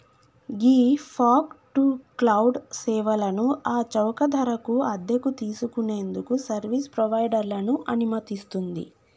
ghee fog to cloud సేవలను ఆ చౌక ధరకు అద్దెకు తీసుకు నేందుకు సర్వీస్ ప్రొవైడర్లను అనుమతిస్తుంది